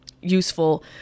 useful